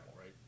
right